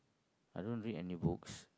I don't read any books